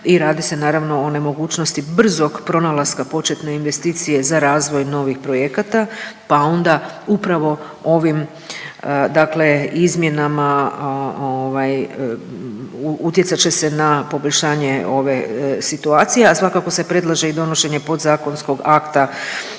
i radi se naravno o nemogućnosti brzog pronalaska početne investicije za razvoj novih projekata pa onda upravo ovim dakle izmjenama ovaj, utjecat će se na poboljšanje ove situacije, a svakako se predlaže i donošenje podzakonskog akta